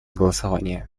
голосования